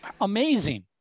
Amazing